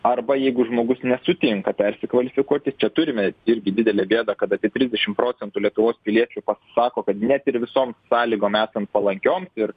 arba jeigu žmogus nesutinka persikvalifikuoti čia turime irgi didelę bėdą kad apie trisdešim procentų lietuvos piliečių pasisako kad net ir visom sąlygom esant palankiom ir